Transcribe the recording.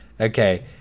Okay